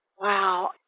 Wow